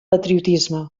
patriotisme